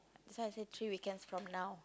that's why I say three weekend from now